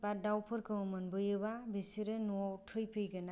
बा दाउफोरखौ मोनबोयोबा बिसोर थैफैगोन आरो